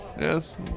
Yes